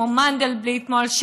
כמו מנדלבליט,